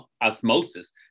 osmosis